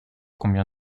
combien